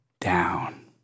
down